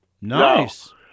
Nice